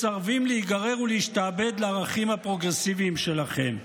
מסרבים להיגרר ולהשתעבד לערכים הפרוגרסיביים שלכם.